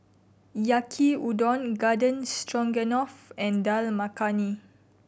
Yaki Udon Garden Stroganoff and Dal Makhani